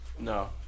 No